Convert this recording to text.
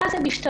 ואז הן משתלבות.